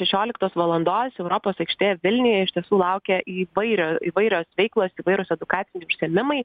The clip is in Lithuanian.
šešioliktos valandos europos aikštėj vilniuje iš tiesų laukia įvairio įvairios veiklos įvairūs edukaciniai užsiėmimai